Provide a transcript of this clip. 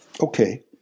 Okay